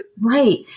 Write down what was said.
Right